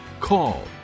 call